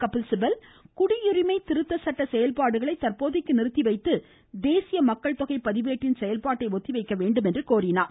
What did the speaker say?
கபில்சிபல் குடியுரிமை திருத்த சட்ட செயல்பாடுகளை தற்போதைக்கு நிறுத்தி வைத்து தேசிய மக்கள்தொகை பதிவேட்டின் செயல்பாட்டை ஒத்திவைக்க வேண்டுமென்று கோரினார்